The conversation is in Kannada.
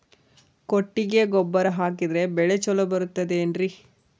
ಕೊಟ್ಟಿಗೆ ಗೊಬ್ಬರ ಹಾಕಿದರೆ ಬೆಳೆ ಚೊಲೊ ಬರುತ್ತದೆ ಏನ್ರಿ?